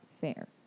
fair